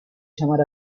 llamar